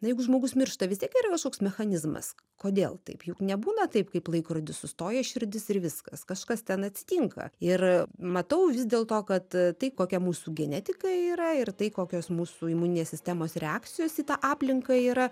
na jeigu žmogus miršta vis tiek yra kažkoks mechanizmas kodėl taip juk nebūna taip kaip laikrodis sustoja širdis ir viskas kažkas ten atsitinka ir matau vis dėlto kad tai kokia mūsų genetika yra ir tai kokios mūsų imuninės sistemos reakcijos į tą aplinką yra